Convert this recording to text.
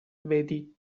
vedi